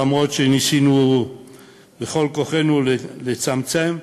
למרות שניסינו בכל כוחנו לצמצם,